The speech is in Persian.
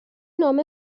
نامه